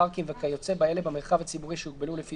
פארקים וכיוצא באלה במרחב הציבורי שהוגבלו לפי